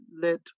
let